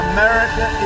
America